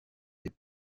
des